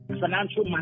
financial